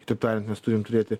kitaip tariant mes turim turėti